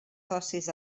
socis